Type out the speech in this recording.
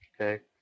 Okay